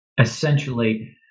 Essentially